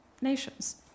nations